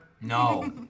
No